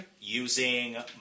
using